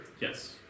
yes